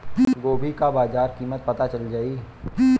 गोभी का बाजार कीमत पता चल जाई?